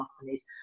companies